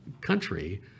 country